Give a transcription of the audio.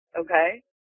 Okay